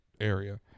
area